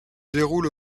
déroule